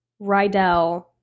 Rydell